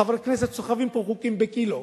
חברי כנסת סוחבים פה חוקים בקילוגרמים.